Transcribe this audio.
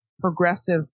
progressive